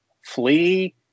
flee